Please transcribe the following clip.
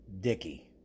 Dicky